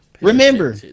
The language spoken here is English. remember